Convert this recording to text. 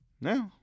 No